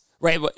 Right